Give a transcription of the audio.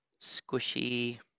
squishy